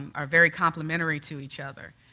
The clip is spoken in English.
are very complimentary to each other.